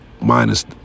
minus